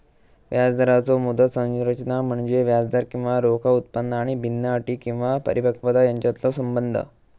व्याजदराचो मुदत संरचना म्हणजे व्याजदर किंवा रोखा उत्पन्न आणि भिन्न अटी किंवा परिपक्वता यांच्यातलो संबंध